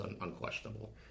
unquestionable